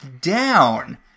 down